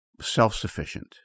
self-sufficient